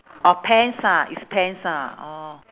orh pants ah it's pants ah orh